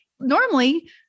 Normally